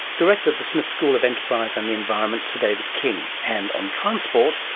director of the smith school of enterprise and the environment, sir david king. and on transport,